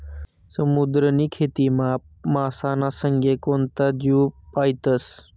समुद्रनी खेतीमा मासाना संगे कोणता जीव पायतस?